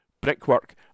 Brickwork